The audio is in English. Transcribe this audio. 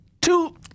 Two